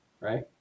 Right